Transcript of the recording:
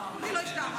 אני לא השתעממתי.